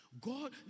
God